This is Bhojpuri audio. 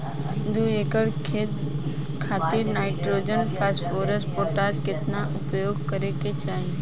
दू एकड़ खेत खातिर नाइट्रोजन फास्फोरस पोटाश केतना उपयोग करे के चाहीं?